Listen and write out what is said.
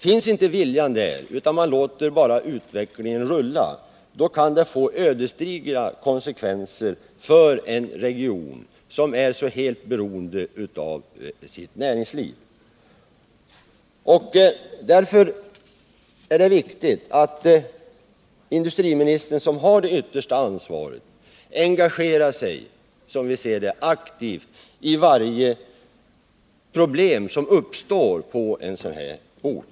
Finns inte viljan där, utan man bara låter utvecklingen rulla vidare, kan det få ödesdigra konsekvenser för en region som är så helt beroende av sitt näringsliv. Därför är det viktigt att industriministern, som har det yttersta ansvaret, engagerar sig aktivt i varje problem som uppstår på en sådan här ort.